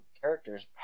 characters